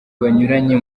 banyuranye